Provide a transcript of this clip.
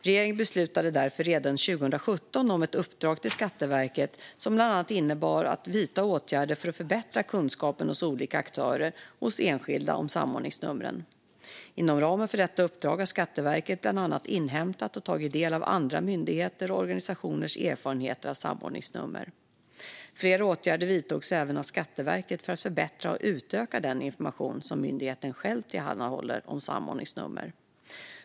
Regeringen beslutade därför redan 2017 om ett uppdrag till Skatteverket att bland annat vidta åtgärder för att förbättra kunskapen om samordningsnumren hos olika aktörer och hos enskilda. Inom ramen för detta uppdrag har Skatteverket bland annat inhämtat och tagit del av andra myndigheters och organisationers erfarenheter av samordningsnummer. Flera åtgärder vidtogs även av Skatteverket för att förbättra och utöka den information som myndigheten själv tillhandahåller om samordningsnummer.